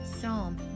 Psalm